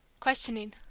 questioning.